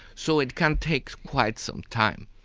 so it can take quite some time.